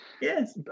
Yes